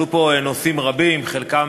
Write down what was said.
עלו פה נושאים רבים, חלקם